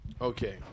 Okay